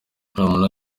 romeo